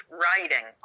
writing